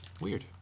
weird